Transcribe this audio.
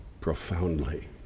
profoundly